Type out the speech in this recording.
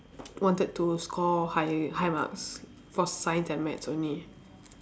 wanted to score high high marks for science and maths only